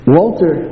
Walter